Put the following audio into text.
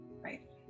Right